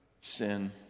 sin